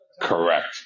Correct